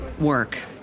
work